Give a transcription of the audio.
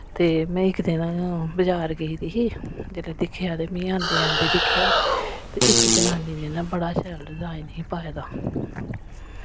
ते में इक दिन बजार गेई दी ही जिल्लै दिक्खेआ ते में औंदे औंदे दिक्खेआ ते इक जनानी ने ना बड़ा शैल डिजाइन ही पाए दा